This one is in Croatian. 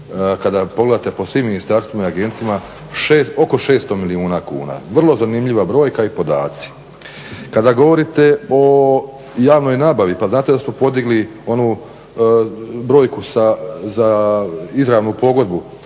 kada pogledate po svim ministarstvima i agencijama oko 600 milijuna kuna. Vrlo zanimljiva brojka i podaci. Kada govorite o javnoj nabavi, pa znate da smo podigli onu brojku za izravnu pogodbu,